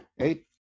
Eight